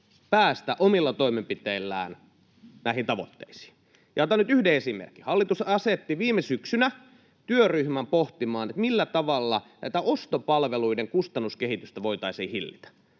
päästä omilla toimenpiteillään näihin tavoitteisiin. Otan nyt yhden esimerkin. Hallitus asetti viime syksynä työryhmän pohtimaan, millä tavalla ostopalveluiden kustannuskehitystä voitaisiin hillitä.